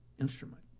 instrument